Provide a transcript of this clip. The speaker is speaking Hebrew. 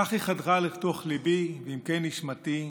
כך היא חדרה לתוך ליבי, לעמקי נשמתי,